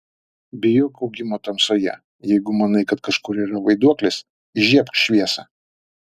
bijok augimo tamsoje jeigu manai kad kažkur yra vaiduoklis įžiebk šviesą